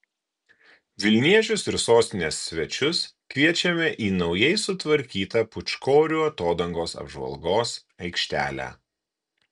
vilniečius ir sostinės svečius kviečiame į naujai sutvarkytą pūčkorių atodangos apžvalgos aikštelę